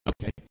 Okay